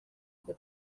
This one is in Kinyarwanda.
kwa